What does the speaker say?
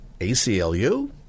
ACLU